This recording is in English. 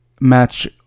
match